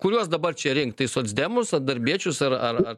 kuriuos dabar čia rinkt tai socdemus darbiečius ar ar ar